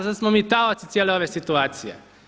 Sad smo mi taoci cijele ove situacije.